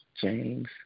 James